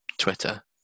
Twitter